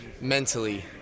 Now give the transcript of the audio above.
mentally